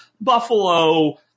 Buffalo